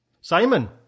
simon